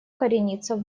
коренится